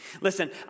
Listen